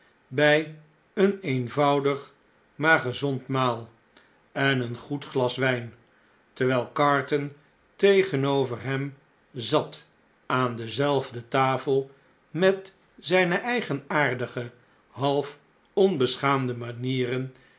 bij een eenvoudig maar gezond maal en een goed glas wijn terwijl carton tegenover hem zat aan dezelfde tafel met zijne eigenaardige half onbeschaamde manieren